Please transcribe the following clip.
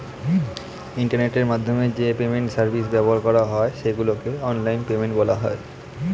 ইন্টারনেটের মাধ্যমে যে পেমেন্ট সার্ভিস ব্যবহার করা হয় সেগুলোকে অনলাইন পেমেন্ট বলা হয়